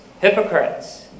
hypocrites